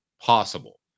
possible